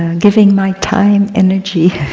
ah giving my time, energy,